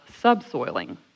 subsoiling